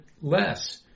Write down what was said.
less